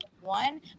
one